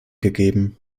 gegeben